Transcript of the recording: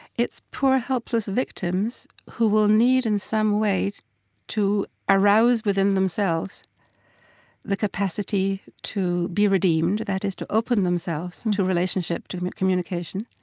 it's poor, helpless victims who will need in some way to to arouse within themselves the capacity to be redeemed, that is to open themselves to relationship, to communication.